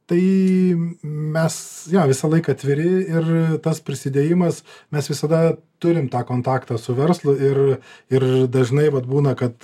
tai mes visąlaik atviri ir tas prisidėjimas mes visada turim tą kontaktą su verslu ir ir dažnai vat būna kad